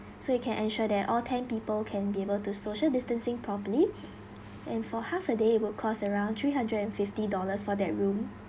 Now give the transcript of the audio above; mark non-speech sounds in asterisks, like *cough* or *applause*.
so you can ensure that all ten people can be able to social distancing properly *breath* and for half a day would cost around three hundred and fifty dollars for that room